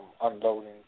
unloading